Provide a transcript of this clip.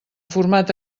format